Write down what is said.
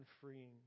freeing